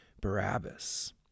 Barabbas